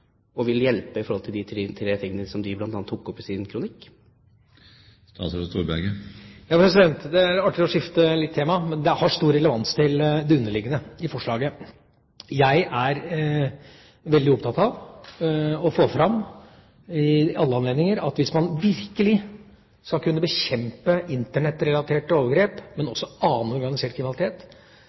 og vil hjelpe i forhold til de tre tingene de tok opp i sin kronikk? Det er artig å skifte tema litt, men det har stor relevans til det underliggende i forslaget. Jeg er veldig opptatt av å få fram ved alle anledninger at hvis man virkelig skal kunne bekjempe Internett-relaterte overgrep og også annen organisert kriminalitet,